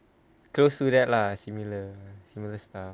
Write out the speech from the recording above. close to that lah similar similar stuff